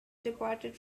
departed